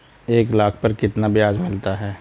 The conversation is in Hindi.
एक लाख पर कितना ब्याज मिलता है?